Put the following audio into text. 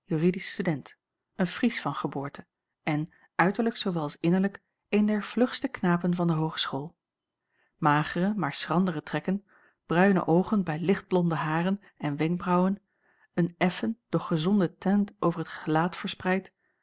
stud een fries van geboorte en uiterlijk zoowel als innerlijk een der vlugste knapen van de hoogeschool magere maar schrandere trekken bruine oogen bij lichtblonde haren en wenkbraauwen een effen doch gezonde tint over t gelaat verspreid